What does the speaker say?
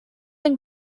and